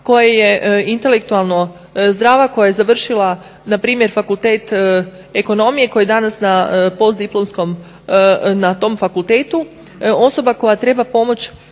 koja je intelektualna zdrava, koja je završila npr. fakultet ekonomije koji je danas na postdiplomskom na tom fakultetu osoba koja treba pomoć